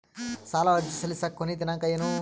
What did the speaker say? ಸಾಲ ಅರ್ಜಿ ಸಲ್ಲಿಸಲಿಕ ಕೊನಿ ದಿನಾಂಕ ಏನು?